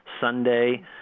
Sunday